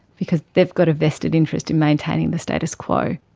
because they've got a vested interest in maintaining the status quo.